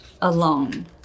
alone